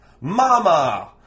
mama